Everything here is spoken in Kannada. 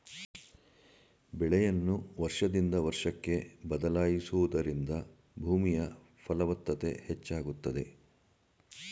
ಬೆಳೆಯನ್ನು ವರ್ಷದಿಂದ ವರ್ಷಕ್ಕೆ ಬದಲಾಯಿಸುವುದರಿಂದ ಭೂಮಿಯ ಫಲವತ್ತತೆ ಹೆಚ್ಚಾಗುತ್ತದೆ